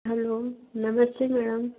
hello namaste madam